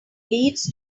leads